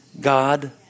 God